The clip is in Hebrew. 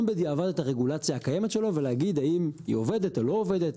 בדיעבד את הרגולציה הקיימת שלו ולהגיד האם היא עובדת או לא עובדת,